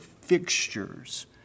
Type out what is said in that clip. fixtures